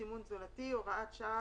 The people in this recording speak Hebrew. - סימון תזונתי) (הוראת שעה),